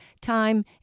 time